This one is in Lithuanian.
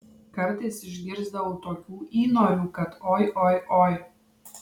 kartais išgirsdavau tokių įnorių kad oi oi oi